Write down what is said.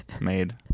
made